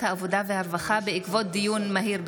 הלוואה לדיור),